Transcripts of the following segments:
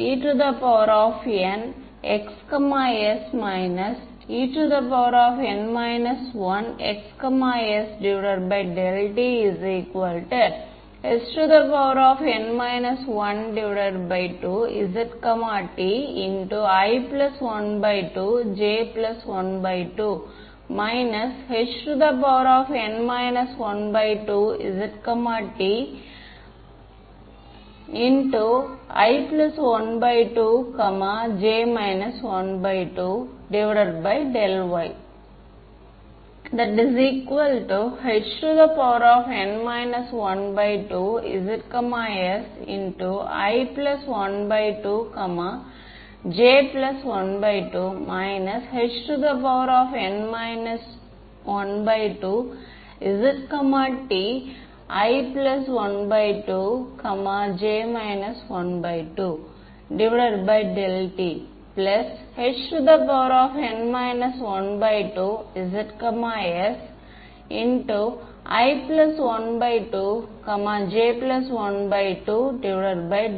Enxs En 1xs t Hn 12zt i12 j12 Hn 12zt i12 j 12y Hn 12zs i12 j12 Hn 12zt i12 j 12t Hn 12zs i12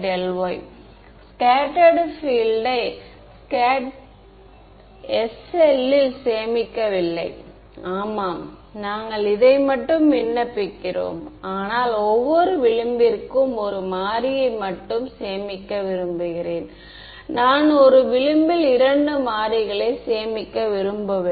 j12y scattered field யை s செல்லில் சேமிக்கவில்லை ஆமாம் நாங்கள் இதை மட்டுமே விண்ணப்பிக்கிறோம் ஆனால் ஒவ்வொரு விளிம்பிற்கும் ஒரு மாறியை மட்டும் சேமிக்க விரும்புகிறேன் நான் ஒரு விளிம்பில் இரண்டு மாறிகளை சேமிக்க விரும்பவில்லை